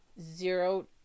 zero